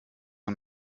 und